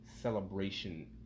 celebration